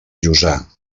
jussà